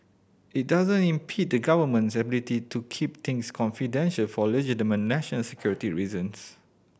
it doesn't impede the Government's ability to keep things confidential for legitimate national security reasons